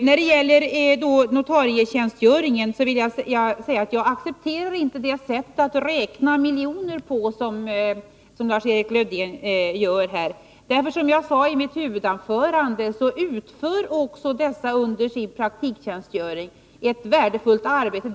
När det gäller notarietjänstgöringen vill jag säga att vi inte accepterar det sätt att räkna miljoner på som Lars-Erik Lövdén använder. Som jag sade i mitt huvudanförande utför dessa människor under sin praktiktjänstgöring ett värdefullt arbete.